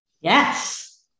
Yes